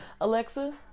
alexa